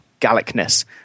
Gallicness